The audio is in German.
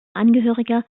angehöriger